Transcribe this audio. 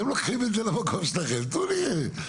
אתם לוקחים את זה למקום שלכם, תנו לי.